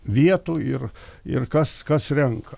vietų ir ir kas kas renka